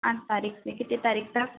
पाँच तारीख से कितनी तारीख तक